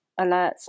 alerts